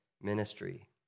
ministry